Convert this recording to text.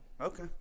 Okay